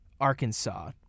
Arkansas